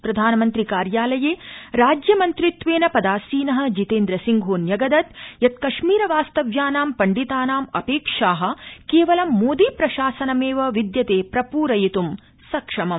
प्रधानमन्त्रि कार्यालये राज्यमन्त्रित्वेन पदासीन जितेन्द्रसिंहो न्यगदत् यत् कश्मीरवास्तव्यानां पण्डितानाम् अपेक्षा केवलं मोदी प्रशासनमेव विद्यते प्रपूरयित् सक्षमम्